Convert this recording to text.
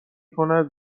کند